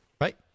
Right